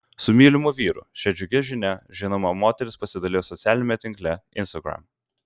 su mylimu vyru šia džiugia žinia žinoma moteris pasidalijo socialiniame tinkle instagram